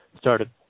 started